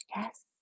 Yes